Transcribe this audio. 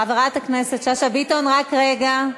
חברת הכנסת שאשא ביטון, רק רגע,